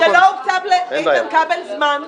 שלא הוקצב לאיתן כבל זמן.